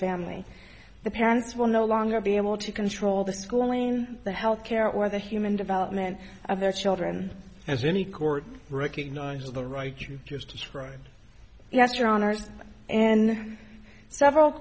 family the parents will no longer be able to control the schooling the health care or the human development of their children as any court recognizes the right you just described on ours and several